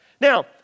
Now